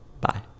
Bye